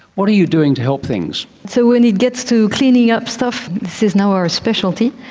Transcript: what are you doing to help things? so when it gets to cleaning up stuff, this is now our specialty,